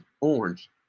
orange